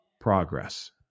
progress